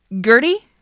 Gertie